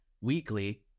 weekly